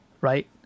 right